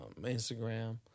Instagram